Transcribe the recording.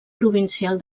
provincial